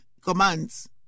commands